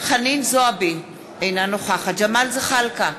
חנין זועבי, אינה נוכחת ג'מאל זחאלקה,